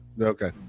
Okay